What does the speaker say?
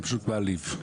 זה מעליב.